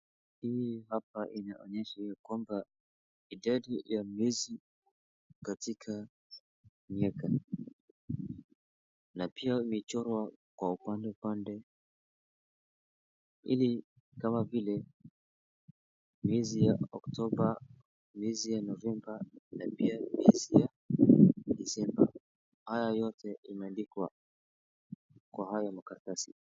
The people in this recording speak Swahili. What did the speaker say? Hii hapa inaonyesha idadi ya miezi katika mwaka. Na pia imechorwa Kwa upande kama vile miezi ya october ,miezi ya November na miezi ya December .Haya yote yameandikwa Kwa hayo makaratasi.